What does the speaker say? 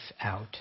out